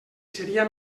seria